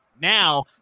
now